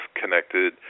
connected